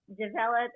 develop